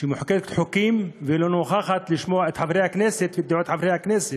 שמחוקקת חוקים ולא נוכחת לשמוע את חברי הכנסת ודעות חברי הכנסת?